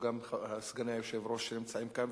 סגני היושב-ראש שנמצאים כאן,